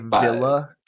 Villa